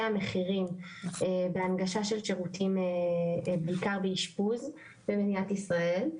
המחירים וההנגשה של שירותים בעיקר באשפוז במדינת ישראל.